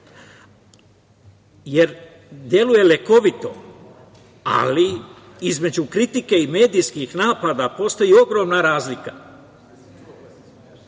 jer deluje lekovito, ali između kritike i medijskih napada postoji ogromna razlika.